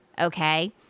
okay